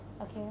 Okay